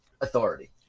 authority